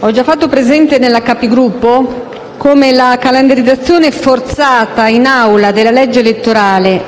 ho già fatto presente in Conferenza dei Capigruppo come la calendarizzazione forzata in Aula della legge elettorale,